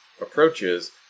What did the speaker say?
approaches